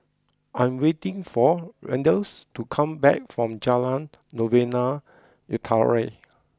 I am waiting for Randle to come back from Jalan Novena Utara